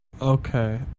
Okay